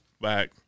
back